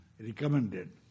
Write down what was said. recommended